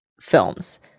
films